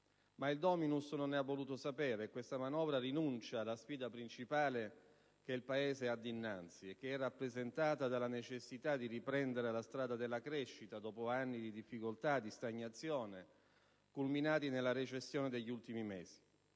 Ma il *dominus* non ne ha voluto sapere e questa manovra rinuncia alla sfida principale che il Paese ha dinnanzi, e che è rappresentata dalla necessità di riprendere la strada della crescita dopo anni di difficoltà e di stagnazione, culminati nella recessione degli ultimi mesi.